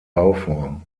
bauform